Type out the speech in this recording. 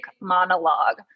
monologue